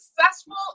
successful